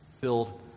Filled